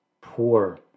poor